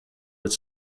its